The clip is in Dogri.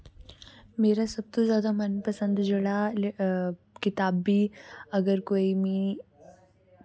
मेरा सब तू जादै मनपसंद जेह्ड़ा कताबी अगर कोई मिगी